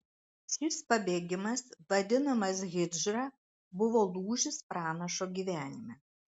šis pabėgimas vadinamas hidžra buvo lūžis pranašo gyvenime